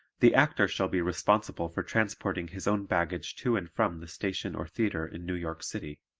the actor shall be responsible for transporting his own baggage to and from the station or theatre in new york city.